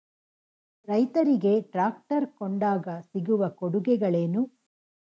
ರೈತರಿಗೆ ಟ್ರಾಕ್ಟರ್ ಕೊಂಡಾಗ ಸಿಗುವ ಕೊಡುಗೆಗಳೇನು?